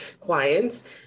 clients